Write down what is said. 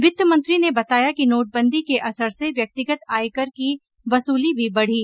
वित्त मंत्री ने बताया कि नोटबंदी के असर से व्यक्तिगत आयकर की वसूली भी बढ़ी